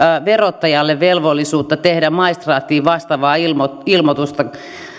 verottajalle velvollisuutta tehdä maistraattiin vastaavaa ilmoitusta